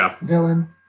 villain